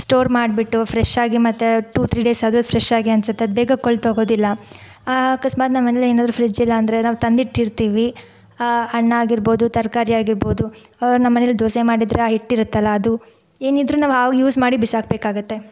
store ಮಾಡ್ಬಿಟ್ಟು ಫ್ರೆಶ್ಶಾಗಿ ಮತ್ತೆ ಟೂ ತ್ರಿ ಡೇಸ್ ಆದರೂ ಫ್ರೆಶ್ಶಾಗಿ ಅನಿಸತ್ತೆ ಅದು ಬೇಗ ಕೊಳ್ತೋಗೋದಿಲ್ಲ ಅಕಸ್ಮಾತ್ ನಮ್ಮನೇಲಿ ಏನಾದರೂ ಫ್ರಿಜ್ಜಿಲ್ಲಂದ್ರೆ ನಾವು ತಂದಿಟ್ಟಿರ್ತೀವಿ ಹಣ್ಣಾಗಿರ್ಬೋದು ತರ್ಕಾರಿಯಾಗಿರ್ಬೋದು ನಮ್ಮನೇಲಿ ದೋಸೆ ಮಾಡಿದ್ದರೆ ಆ ಹಿಟ್ಟಿರುತ್ತಲ್ಲ ಅದು ಏನಿದ್ದರೂ ನಾವು ಆ ಯೂಸ್ ಮಾಡಿ ಬಿಸಾಕ್ಬೇಕಾಗತ್ತೆ